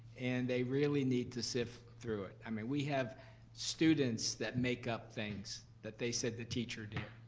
and they really need to sift through it. i mean, we have students that make up things that they said the teacher did,